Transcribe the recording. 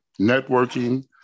networking